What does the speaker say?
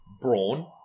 brawn